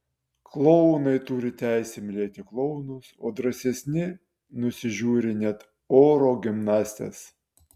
klounai turi teisę mylėti klounus o drąsesni nusižiūri net oro gimnastes